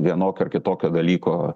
vienokio ar kitokio dalyko